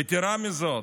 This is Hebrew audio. יתרה מזו,